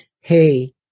hey